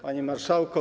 Panie Marszałku!